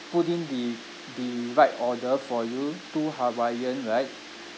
put in the the right order for you two hawaiian right